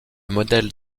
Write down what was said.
modèle